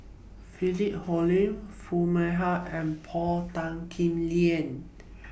Philip Hoalim Foo Mee Har and Paul Tan Kim Liang